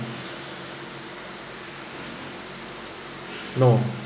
no